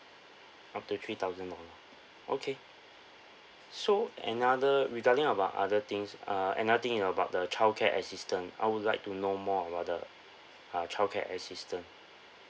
up to three thousand dollar okay so another regarding about other things uh and another thing about the childcare assistance I would like to know more about the uh childcare assistance